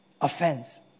offense